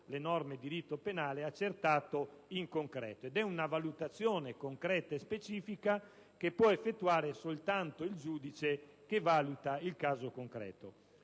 di procedura penale ‑ accertato in concreto, ed è una valutazione specifica che può effettuare soltanto il giudice che valuta il caso concreto.